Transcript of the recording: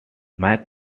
mike